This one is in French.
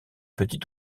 petit